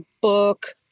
book